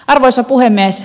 arvoisa puhemies